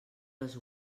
les